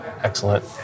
excellent